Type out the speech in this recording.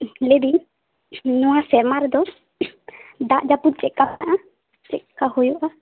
ᱞᱟᱹᱭᱮᱫᱟᱹᱧ ᱱᱚᱣᱟ ᱥᱮᱨᱢᱟ ᱨᱮᱫᱚ ᱫᱟᱜ ᱡᱟᱹᱯᱩᱫ ᱪᱮᱫ ᱞᱮᱠᱟ ᱢᱮᱱᱟᱜᱼᱟ ᱪᱮᱫᱞᱮᱠᱟ ᱦᱩᱭᱩᱜᱼᱟ